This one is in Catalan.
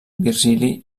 virgili